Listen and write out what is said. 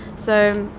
so,